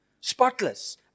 spotless